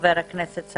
אני